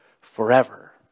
forever